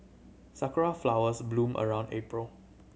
sakura flowers bloom around April